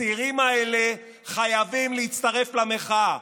הצעירים האלה חייבים להצטרף למחאה,